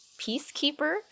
peacekeeper